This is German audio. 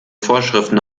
vorschriften